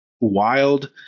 wild